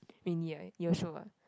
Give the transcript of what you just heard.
Winnie right you will show ah